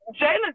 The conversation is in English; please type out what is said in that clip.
Jalen